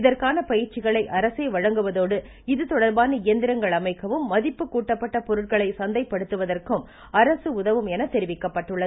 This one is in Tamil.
இதற்கான பயிற்சிகளை அரசே வழங்குவதோடு இதுதொடபான இயந்திரங்கள் அமைக்கவும் மதிப்பு கூட்டப்பட்ட பொருட்களை சந்தைப்படுத்துவதற்கும் அரசு உதவும் என்றும் தெரிவிக்கப்பட்டுள்ளது